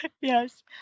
yes